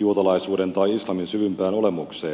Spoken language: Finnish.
juutalaisuuden tai islamin syvimpään olemukseen